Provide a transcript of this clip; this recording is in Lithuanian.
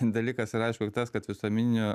dalykas yra aišku tas kad visuomeninių